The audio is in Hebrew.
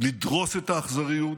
לדרוס את האכזריות,